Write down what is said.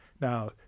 Now